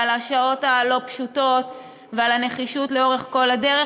על השעות הלא-פשוטות ועל הנחישות לאורך כל הדרך,